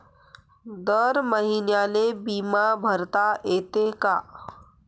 दर महिन्याले बिमा भरता येते का?